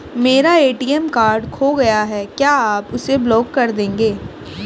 मेरा ATM card खो गया है क्या आप उसे ब्लॉक कर देंगे?